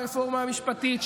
ברפורמה המשפטית,